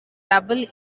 double